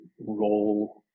role